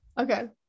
Okay